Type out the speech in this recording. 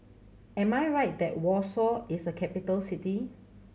am I right that Warsaw is a capital city